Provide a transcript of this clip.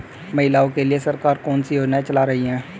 महिलाओं के लिए सरकार कौन सी योजनाएं चला रही है?